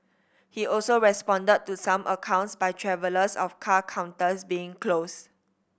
he also responded to some accounts by travellers of car counters being closed